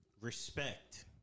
Respect